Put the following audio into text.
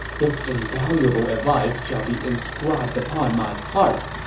this invaluable advice shall be inscribed upon my heart!